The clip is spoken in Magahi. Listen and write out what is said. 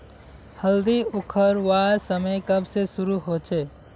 हल्दी उखरवार समय कब से शुरू होचए?